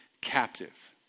captive